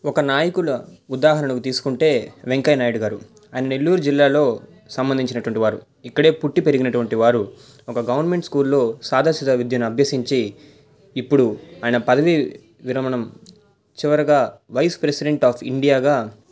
ఒక నాయకుల ఉదాహరణకు తీసుకుంటే వెంకయ్య నాయుడు గారు ఆయన నెల్లూరు జిల్లాలో సంబంధించినటువంటి వారు ఇక్కడే పుట్టిన పెరిగినటువంటి వారు ఒక గవర్నమెంట్ స్కూల్లో సాదాసీద విద్యను అభ్యసించి ఇప్పుడు ఆయన పదవి విరమణం చివరగా వైస్ ప్రెసిడెంట్ ఆఫ్ ఇండియాగా